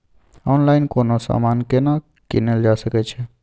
Online कोनो समान केना कीनल जा सकै छै?